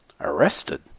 arrested